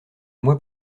mois